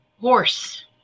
horse